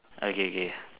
okay K